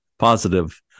positive